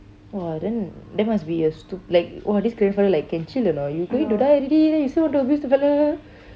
!wah! then that must be a like !wah! this grandfather like can chill or not you die already then you still want to abuse the fellow